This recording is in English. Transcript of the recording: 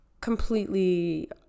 completely